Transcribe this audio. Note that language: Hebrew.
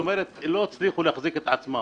כאלה שלא הצליחו להחזיק את עצמם.